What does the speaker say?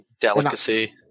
delicacy